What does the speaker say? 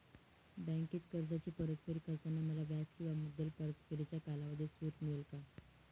बँकेत कर्जाची परतफेड करताना मला व्याज किंवा मुद्दल परतफेडीच्या कालावधीत सूट मिळेल का?